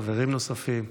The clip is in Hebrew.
חברים נוספים,